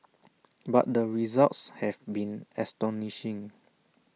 but the results have been astonishing